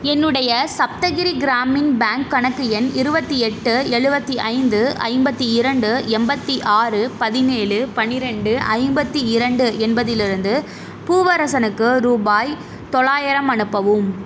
என்னுடைய சப்தகிரி கிராமின் பேங்க் கணக்கு எண் இருபத்தி எட்டு எழுவத்தி ஐந்து ஐம்பத்து இரண்டு எண்பத்தி ஆறு பதினேழு பன்னிரெண்டு ஐம்பத்து இரண்டு என்பதிலிருந்து பூவரசனுக்கு ரூபாய் தொள்ளாயிரம் அனுப்பவும்